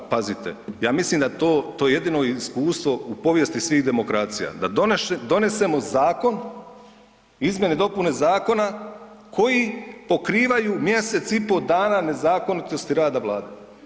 Pazite, ja mislim da to, to je jedino iskustvo u povijesti svih demokracija, da donesemo zakon, izmjene i dopune zakona koji pokrivaju mjesec i po dana nezakonitosti rada Vlade.